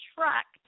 Truck